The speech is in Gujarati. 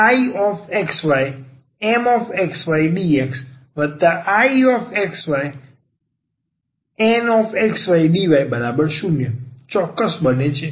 IxyMxydxIxyNxydy0 ચોક્કસ બને છે